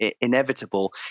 inevitable